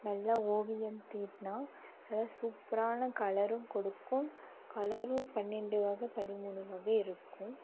நல்லா ஓவியம் தீட்டினா நல்லா சூப்பரான கலரும் கொடுக்கும் கலரும் பன்னெண்டு வகை பதிமூணு வகை இருக்கும்